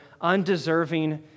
undeserving